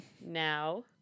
Now